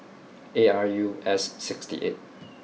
A R U S sixty eight